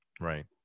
Right